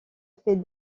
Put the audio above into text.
fait